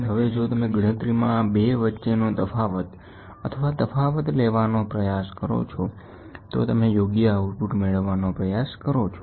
તેથી હવે જો તમે ગણતરીમાં આ 2 વચ્ચેનો તફાવત અથવા તફાવત લેવાનો પ્રયાસ કરો છો તો તમે યોગ્ય આઉટપુટ મેળવવાનો પ્રયાસ કરો છો